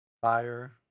fire